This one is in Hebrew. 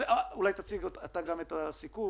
תציג אתה גם את הסיכום